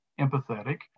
empathetic